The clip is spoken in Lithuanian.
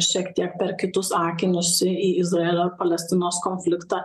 šiek tiek per kitus akinius į į izraelio palestinos konfliktą